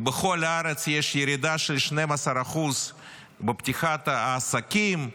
ובכל הארץ יש ירידה של 12% בפתיחת העסקים.